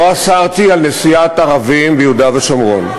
לא אסרתי נסיעת ערבים ביהודה ושומרון.